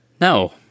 No